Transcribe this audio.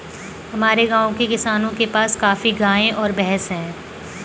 हमारे गाँव के किसानों के पास काफी गायें और भैंस है